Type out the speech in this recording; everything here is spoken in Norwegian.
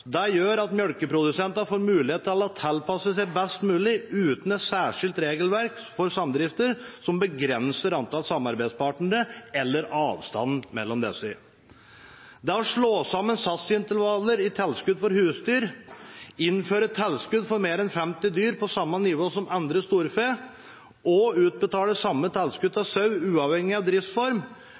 Det gjør at melkeprodusentene får mulighet til å tilpasse seg best mulig uten et særskilt regelverk for samdrifter, som begrenser antallet samarbeidspartnere eller avstanden mellom disse. Det å slå sammen satsintervaller i tilskudd for husdyr, å innføre tilskudd for mer enn 50 dyr på samme nivå som annet storfe, og å utbetale samme tilskudd til sau, uavhengig av driftsform,